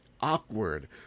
awkward